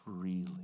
freely